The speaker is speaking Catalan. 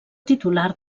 titular